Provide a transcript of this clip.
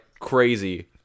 crazy